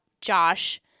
Josh